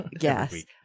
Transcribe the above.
Yes